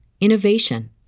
innovation